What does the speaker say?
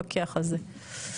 לפקח על זה.